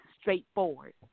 straightforward